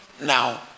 Now